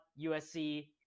USC